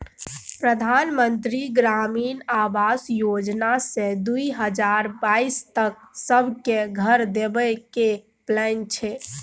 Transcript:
परधान मन्त्री ग्रामीण आबास योजना सँ दु हजार बाइस तक सब केँ घर देबे केर प्लान छै